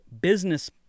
business